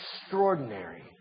extraordinary